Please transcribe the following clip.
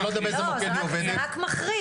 שאני לא יודע באיזה מוקד היא עובדת -- זה רק מחריף,